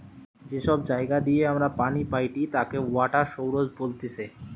যে সব জায়গা দিয়ে আমরা পানি পাইটি তাকে ওয়াটার সৌরস বলতিছে